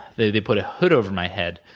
they they put a hood over my head.